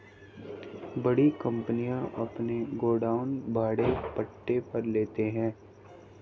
बड़ी कंपनियां अपने गोडाउन भाड़े पट्टे पर लेते हैं